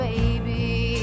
baby